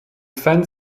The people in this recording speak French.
fans